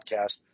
podcast